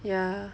ya